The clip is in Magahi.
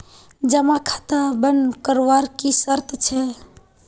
जमा खाता बन करवार की शर्त छे?